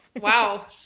Wow